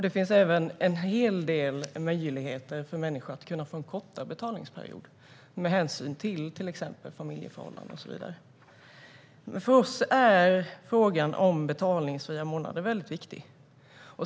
Det finns även en hel del möjligheter för människor att få en kortare betalningsperiod med hänsyn till exempelvis familjeförhållanden. För oss är frågan om betalningsfria månader mycket viktig.